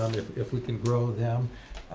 if if we can grow them.